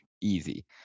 Easy